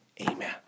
Amen